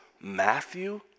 Matthew